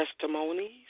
testimonies